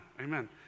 amen